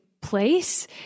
place